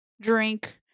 drink